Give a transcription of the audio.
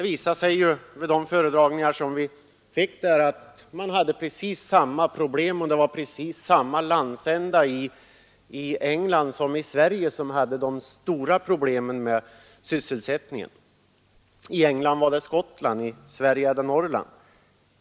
Vid de föredragningar som vi åhörde påvisade man samma stora problem med sysselsättningen i motsvarande landsända som i Sverige. I England är det Skottland, i Sverige är det Norrland.